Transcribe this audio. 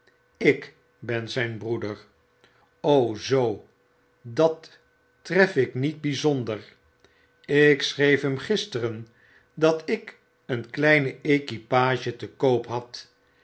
ik ben zijn broeder zoo dat tref ik niet byzonder ik schreef hem gisteren dat ik een kleine equipage tekoop had